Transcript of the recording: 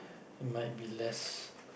it might be less